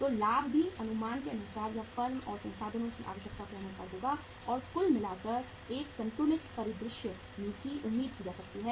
तो लाभ भी अनुमान के अनुसार या फर्म और साधनों की आवश्यकताओं के अनुसार होगा और कुल मिलाकर एक संतुलित परिदृश्य की उम्मीद की जा सकती है